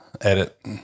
edit